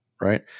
right